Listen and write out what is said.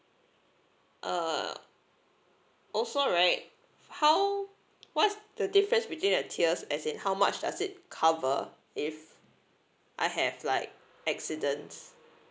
uh also right for how what's the difference between a tiers as in how much does it cover if I have like accidents